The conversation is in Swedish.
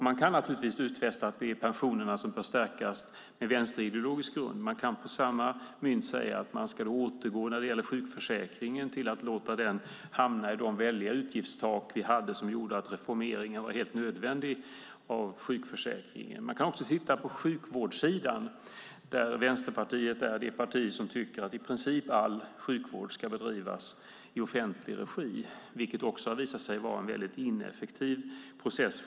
Man kan naturligtvis utfästa att pensionerna bör stärkas på vänsterideologisk grund och då samtidigt säga att vi när det gäller sjukförsäkringen ska låta den hamna i de väldiga utgiftstak vi hade och som gjorde att reformeringen av sjukförsäkringen var helt nödvändig. Om vi tittar på sjukvårdssidan ser vi att Vänsterpartiet är det parti som tycker att i princip all sjukvård ska bedrivas i offentlig regi. Det har visat sig vara ineffektivt.